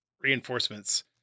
reinforcements